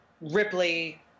Ripley